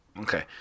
Okay